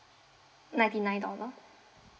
ninety nine dollar